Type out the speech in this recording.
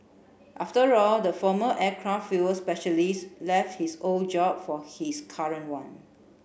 after all the former aircraft fuel specialist left his old job for his current one